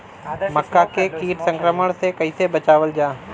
मक्का के कीट संक्रमण से कइसे बचावल जा?